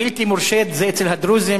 בלתי מורשית זה אצל הדרוזים,